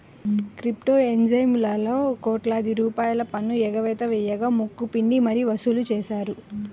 crypto ఎక్స్చేంజీలలో కోట్లాది రూపాయల పన్ను ఎగవేత వేయగా ముక్కు పిండి మరీ వసూలు చేశారు